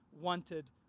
wanted